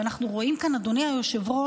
ואנחנו רואים כאן, אדוני היושב-ראש,